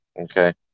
okay